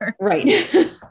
right